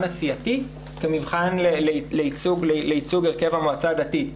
הסיעתי כמבחן לייצוג הרכב המועצה הדתית.